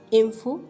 info